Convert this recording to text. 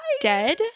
dead